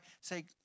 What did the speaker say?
say